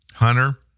Hunter